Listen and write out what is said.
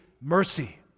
mercy